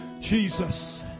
Jesus